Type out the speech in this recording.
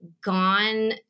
gone